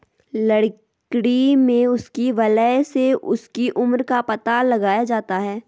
लकड़ी में उसकी वलय से उसकी उम्र का पता लगाया जाता है